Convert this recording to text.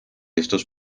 estos